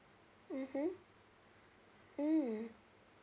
mmhmm mm